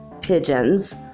pigeons